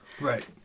Right